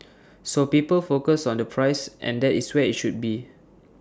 so people focus on the price and that is where IT should be